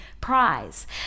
prize